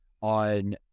on